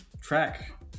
track